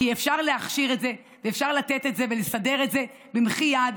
כי אפשר להכשיר את זה ואפשר לתת את זה ולסדר את זה במחי יד,